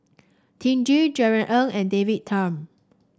Tee Tjin Jerry Ng and David Tham